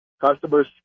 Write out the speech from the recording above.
customers